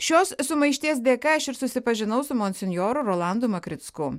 šios sumaišties dėka aš ir susipažinau su monsinjoru rolandu makricku